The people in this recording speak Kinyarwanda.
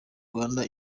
rwanda